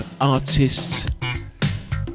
artists